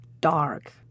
dark